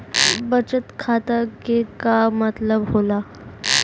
बचत खाता के का मतलब होला?